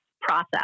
process